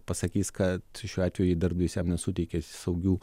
pasakys kad šiuo atveju darbdavys jam nesuteikė saugių